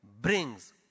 brings